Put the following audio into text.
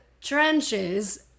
trenches